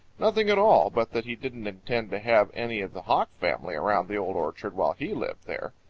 nothing at all, but that he didn't intend to have any of the hawk family around the old orchard while he lived there.